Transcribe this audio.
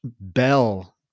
bell